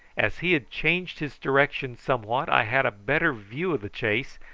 as he had changed his direction somewhat i had a better view of the chase,